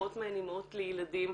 רבות מהן אימהות לילדים,